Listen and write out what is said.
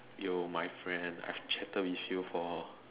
yo my friend I've chatted with you for